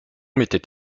mettait